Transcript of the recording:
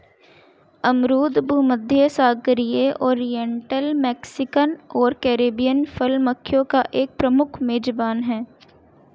अमरूद भूमध्यसागरीय, oriental, Mexican और कैरिबियन फल मक्खियों का एक प्रमुख मेजबान है